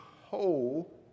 whole